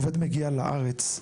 עובד מגיע לארץ,